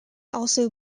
also